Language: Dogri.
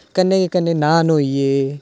कन्नै गै कन्नै नान होई गे